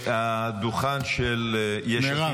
הדוכן של יש עתיד,